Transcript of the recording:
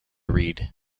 read